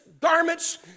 Garments